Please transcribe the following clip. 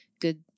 good